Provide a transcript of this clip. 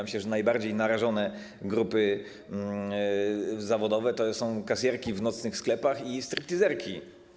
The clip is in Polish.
Myślę, że najbardziej narażone grupy zawodowe to są kasjerki w nocnych sklepach i striptizerki.